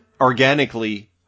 organically